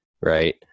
right